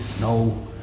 No